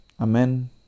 Amen